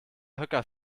höcker